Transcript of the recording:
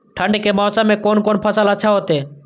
ठंड के मौसम में कोन कोन फसल अच्छा होते?